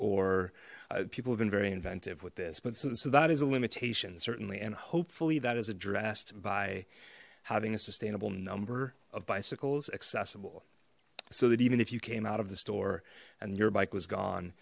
or people have been very inventive with this but so that is a limitation certainly and hopefully that is addressed by having a sustainable number of bicycles accessible so that even if you came out of the store and your bike was gone